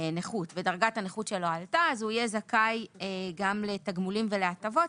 נכות ודרגת הנכות שלו עלתה אז הוא יהיה זכאי גם לתגמולים ולהטבות,